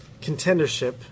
contendership